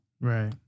right